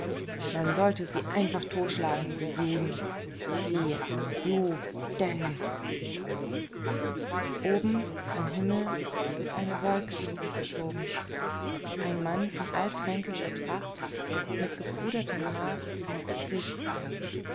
man sollte sie einfach totschlagen die juden die ju den oben am himmel wird eine wolke zurückgeschoben ein mann in altfränkischer tracht mit gepudertem haar wird sichtbar